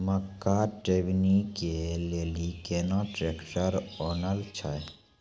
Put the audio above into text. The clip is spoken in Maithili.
मक्का टेबनी के लेली केना ट्रैक्टर ओनल जाय?